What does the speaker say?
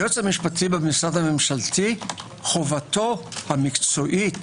היועץ המשפטי במשרד הממשלתי חובתו המקצועית